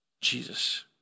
Jesus